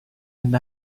and